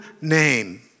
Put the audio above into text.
name